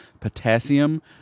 potassium